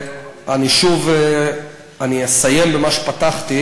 אני אסיים במה שפתחתי: